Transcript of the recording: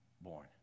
born